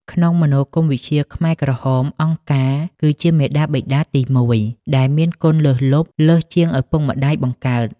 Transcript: ក្នុងមនោគមវិជ្ជាខ្មែរក្រហម អង្គការគឺជាមាតាបិតាទីមួយ ដែលមានគុណលើសលប់លើសជាងឪពុកម្ដាយបង្កើត។